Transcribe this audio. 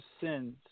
sins